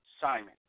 Simon